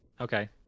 Okay